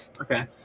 Okay